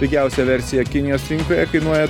pigiausia versija kinijos rinkoje kainuoja